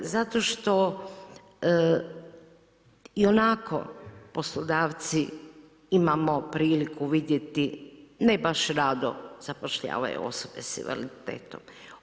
Zato što ionako poslodavci imamo priliku vidjeti ne baš rado zapošljavaju osobe sa invaliditetom.